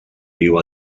viu